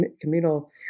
communal